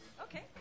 Okay